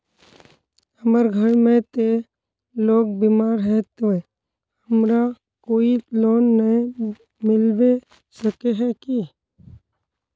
हमर घर में ते लोग बीमार है ते हमरा कोई लोन नय मिलबे सके है की?